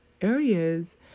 areas